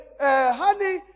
Honey